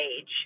age